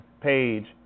page